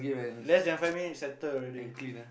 less than five minute settle already